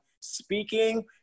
speaking